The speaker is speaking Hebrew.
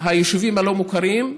היישובים הלא-מוכרים,